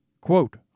Quote